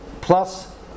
plus